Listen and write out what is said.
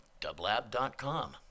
dublab.com